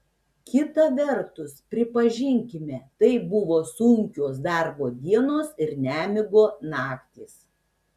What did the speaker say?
kita vertus pripažinkime tai buvo sunkios darbo dienos ir nemigo naktys